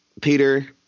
Peter